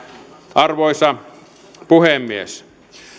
arvoisa puhemies